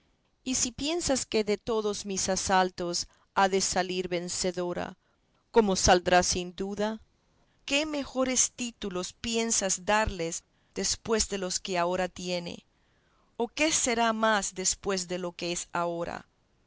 y si piensas que de todos mis asaltos ha de salir vencedora como saldrá sin duda qué mejores títulos piensas darle después que los que ahora tiene o qué será más después de lo que es ahora